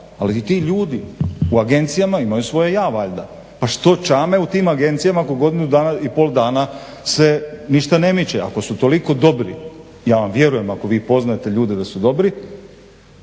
Ali i ti ljudi u agencijama imaju svoje ja valjda. Pa što čame u tim agencijama godinu ako godinu i pol dana se ništa ne miče? Ako su toliko dobri, ja vam vjerujem ako vi poznajete ljude da su dobri